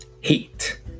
heat